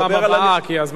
כי הזמן שלך הסתיים.